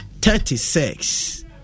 thirty-six